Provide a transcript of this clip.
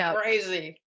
crazy